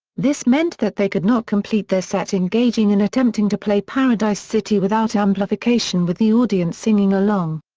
this meant that they could not complete their set engaging in attempting to play paradise city without amplification with the audience singing along.